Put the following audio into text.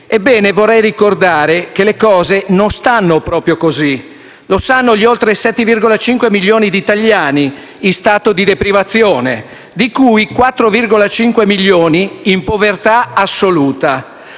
Ebbene, vorrei ricordare che le cose non stanno proprio così. Lo sanno gli oltre 7,5 milioni di italiani in stato di deprivazione, di cui 4,5 milioni in povertà assoluta;